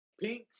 pink